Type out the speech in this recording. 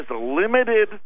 limited